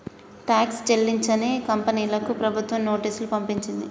tax చెల్లించని కంపెనీలకు ప్రభుత్వం నోటీసులు పంపించింది